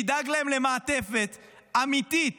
נדאג להם למעטפת אמיתית